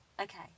Okay